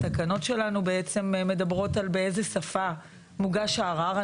התקנות שלנו בעצם מדברות על באיזה שפה מוגש הערר.